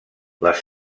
les